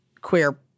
queer